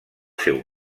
seu